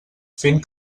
fent